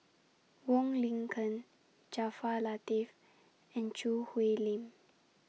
Wong Lin Ken Jaafar Latiff and Choo Hwee Lim